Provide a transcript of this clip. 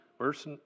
verse